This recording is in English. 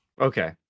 okay